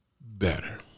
better